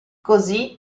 così